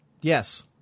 Yes